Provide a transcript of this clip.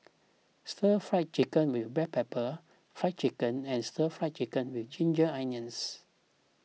Stir Fried Chicken with Black Pepper Fried Chicken and Stir Fried Chicken with Ginger Onions